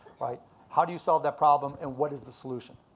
like how do you solve that problem and what is the solution?